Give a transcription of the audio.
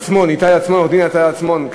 עורך-הדין איתי עצמון,